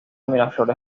miraflores